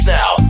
now